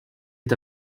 est